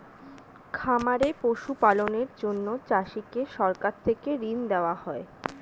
খামারে পশু পালনের জন্য চাষীদেরকে সরকার থেকে ঋণ দেওয়া হয়